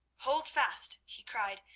hold fast! he cried,